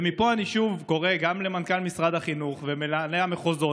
ומפה אני שוב קורא גם למנכ"ל משרד החינוך ולמנהלי המחוזות: